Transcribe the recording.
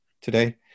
today